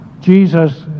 Jesus